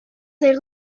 des